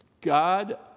God